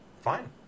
Fine